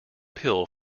pill